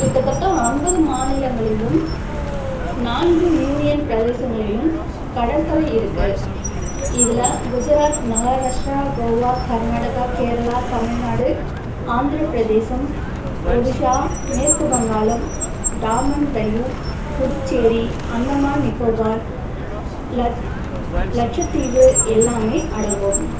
கிட்டத்தட்ட ஒன்பது மாநிலங்களிலும் நான்கு யூனியன் பிரதேசங்களிலும் கடற்கரை இருக்கு இதில் குஜராத் மகாராஷ்ட்ரா கோவா கர்நாடகா கேரளா தமிழ்நாடு ஆந்திர பிரதேசம் ஒடிஷா மேற்கு வங்காளம் டாமன் டையூ புதுச்சேரி அந்தமான் நிக்கோபார் லச் லச்சத்தீவு எல்லாமே அடங்கும்